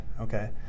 Okay